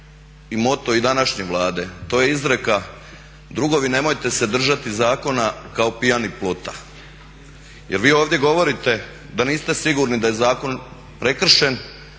i moto i današnje Vlade. To je izreka, drugovi nemojte se držati zakona kao pijani plota. Jer vi ovdje govorite da niste sigurni da je zakon prekršen,